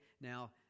Now